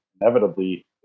inevitably